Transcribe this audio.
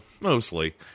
Mostly